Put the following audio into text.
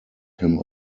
him